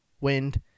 Wind